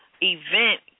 event